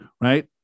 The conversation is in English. Right